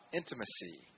intimacy